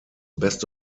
best